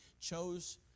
chose